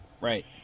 Right